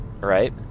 Right